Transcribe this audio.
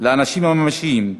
לאנשים הממשיים,